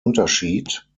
unterschied